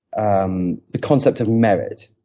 um the concept of merit.